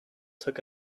took